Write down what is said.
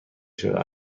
شده